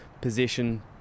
position